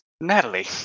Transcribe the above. natalie